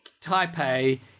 Taipei